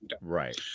right